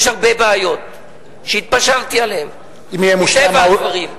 יש הרבה בעיות שהתפשרתי עליהן, מטבע הדברים.